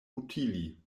utili